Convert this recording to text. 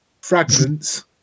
fragments